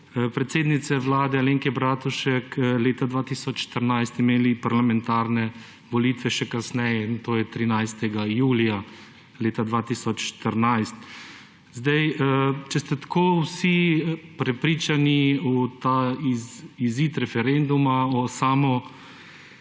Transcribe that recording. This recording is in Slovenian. predsednice Vlade Alenke Bratušek leta 2014 imeli parlamentarne volitve še kasneje, in to je 13. julija leta 2014. Sedaj, če ste tako vsi prepričani v ta izid referenduma, o samem